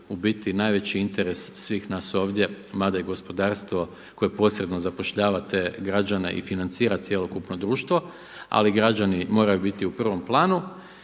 u biti najveći interes svih nas ovdje, mada i gospodarstvo koje posredno zapošljava te građane i financira cjelokupno društvo ali građani moraju biti u prvom planu.